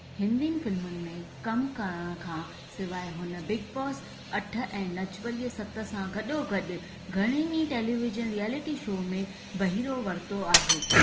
हिंदी फ़िल्मुनि में कम करण खां सवाइ हुन बिग बॉस अठ ऐं नच बलिए सत सां गॾोगॾु घणनि ई टेलीविज़न रियैलिटी शो में बहिरो वरितो आहे